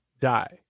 die